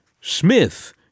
Smith